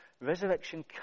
Resurrection